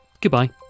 goodbye